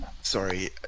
Sorry